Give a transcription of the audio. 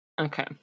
Okay